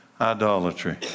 Idolatry